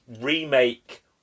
remake